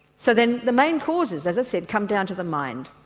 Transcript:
so then the main causes, as i said, come down to the mind.